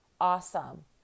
awesome